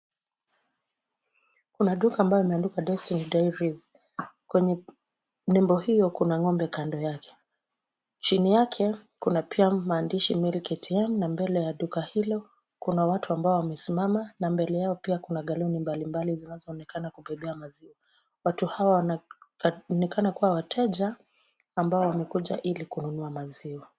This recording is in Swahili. Kuna duka ambayo imeandikwa Destiny Dairies. Kwenye nembo hiyo kuna ng'ombe kando yake. Chini yake, kuna pia maandishi milk ATM na mbele ya duka hilo, kuna watu ambao wamesimama na mbele yao pia kuna galoni mbalimbali zinazoonekana kubebea maziwa. Watu hawa wanaonekana kuwa wateja ambao wamekuja ili kununua maziwa.